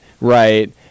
right